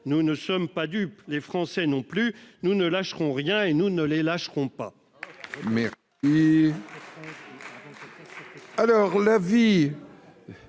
Nous ne sommes pas dupes, les Français non plus. Nous ne lâcherons rien et nous ne les lâcherons pas. »